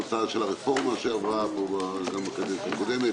תוצאה של הרפורמה שעברה פה בקדנציה הקודמת